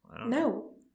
No